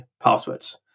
passwords